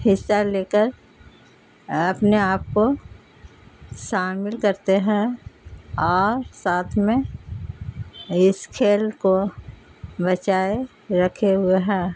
حصہ لے کر اپنے آپ کو شامل کرتے ہیں اور ساتھ میں اس کھیل کو بچائے رکھے ہوئے ہیں